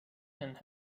and